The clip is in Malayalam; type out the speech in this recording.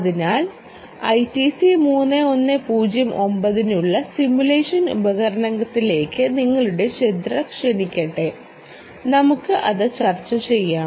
അതിനാൽ ഐടിസി 3109 നുള്ള സിമുലേഷൻ ഉപകരണത്തിലേക്ക് നിങ്ങളുടെ ശ്രദ്ധ ക്ഷണിക്കട്ടെ നമുക്ക് അത് ചർച്ചചെയ്യാം